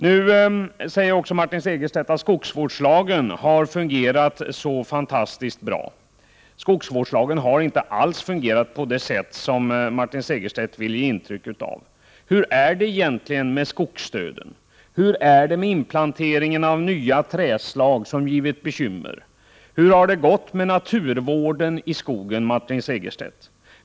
Martin Segerstedt säger nu också att skogsvårdslagen har fungerat fantastiskt bra. Skogsvårdslagen har dock inte alls fungerat på det sätt som Martin Segerstedt vill ge intryck av. Hur är det egentligen med skogsdöden? Hur är det med den inplantering av nya trädslag som givit bekymmer? Hur har det gått med naturvården i skogen, Martin Segerstedt?